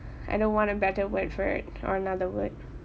I don't want a better word for it or another word